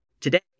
Today